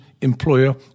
employer